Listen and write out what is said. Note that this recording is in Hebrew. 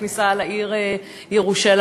בכניסה לעיר ירושלים.